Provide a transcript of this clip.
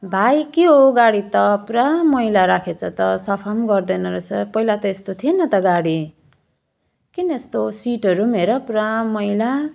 भाइ के हो गाडी त पुरा मैला राखेको छ त सफा पनि गर्दैन रहेछ पहिला त यस्तो थिएन त गाडी किन यस्तो सिटहरू पनि हेर पुरा मैला